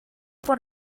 por